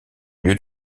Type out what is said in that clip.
lieu